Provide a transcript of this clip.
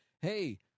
hey